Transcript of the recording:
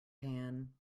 pan